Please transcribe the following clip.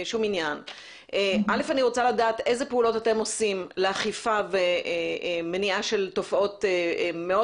אני רוצה לדעת איזה פעולות אתם עושים לאכיפה ומניעה של תופעות מאוד